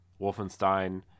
Wolfenstein